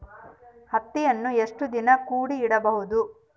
ಹತ್ತಿಯನ್ನು ಎಷ್ಟು ದಿನ ಕೂಡಿ ಇಡಬಹುದು?